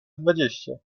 dwadzieścia